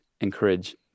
encourage